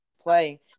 play